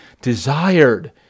desired